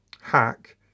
hack